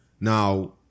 Now